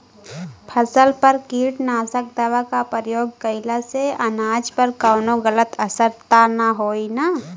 फसल पर कीटनाशक दवा क प्रयोग कइला से अनाज पर कवनो गलत असर त ना होई न?